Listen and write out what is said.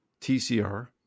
TCR